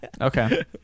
Okay